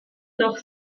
noch